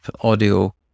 audio